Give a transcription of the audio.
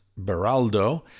Beraldo